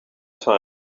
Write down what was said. time